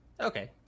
Okay